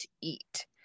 eat